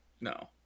No